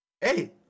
hey